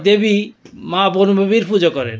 দেবী মা বনবিবির পুজো করেন